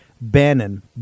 Bannon